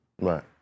Right